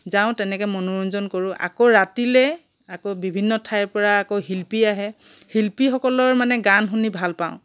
যাওঁ তেনেকৈ মনোৰঞ্জন কৰোঁ আকৌ ৰাতিলৈ আকৌ বিভিন্ন ঠাইৰ পৰা আকৌ শিল্পী আহে শিল্পীসকলৰ মানে গান শুনি ভাল পাওঁ